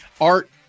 art